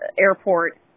airport